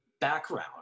background